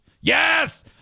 yes